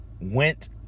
went